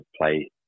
play